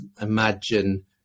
imagine